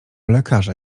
lekarza